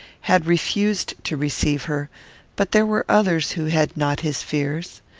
had refused to receive her but there were others who had not his fears.